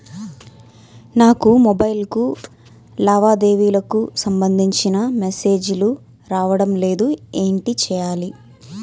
నాకు మొబైల్ కు లావాదేవీలకు సంబందించిన మేసేజిలు రావడం లేదు ఏంటి చేయాలి?